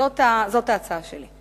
זאת ההצעה שלי.